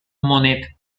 monet